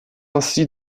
ainsi